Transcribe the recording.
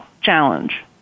challenge